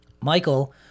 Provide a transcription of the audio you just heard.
Michael